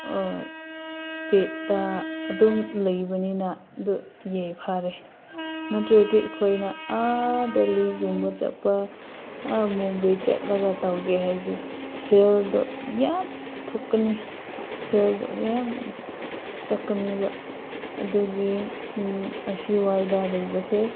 ꯏꯁꯇꯦꯠꯇ ꯑꯗꯨꯝ ꯂꯩꯕꯅꯤꯅ ꯑꯗꯨ ꯐꯔꯦ ꯅꯠꯇ꯭ꯔꯗꯤ ꯑꯩꯈꯣꯏꯅ ꯑꯥꯗ ꯂꯥꯌꯦꯡꯕ ꯆꯠꯄ ꯑꯥ ꯕꯣꯝꯕꯦ ꯆꯠꯂꯒ ꯇꯧꯒꯦ ꯍꯥꯏꯔꯗꯤ ꯁꯦꯜꯗꯣ ꯌꯥꯝ ꯊꯣꯛꯀꯅꯤ ꯁꯦꯜꯗꯣ ꯌꯥꯝ ꯆꯠꯀꯅꯦꯕ ꯑꯗꯨꯒꯤ ꯑꯁꯤꯋꯥꯏꯗ ꯂꯩꯕꯁꯦ